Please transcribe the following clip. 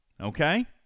Okay